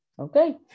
Okay